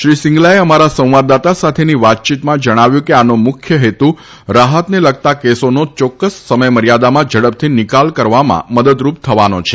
શ્રી સીંગલાએ અમારા સંવાદદાતા સાથેની વાતચીતમાં જણાવ્યું હતું કે આનો મુખ્ય હેતુ રાહતને લગતા કેસોનો ચોક્કસ સમયમર્યાદામાં ઝડપથી નિકાલ કરવામાં મદદરૂપ થવાનો છે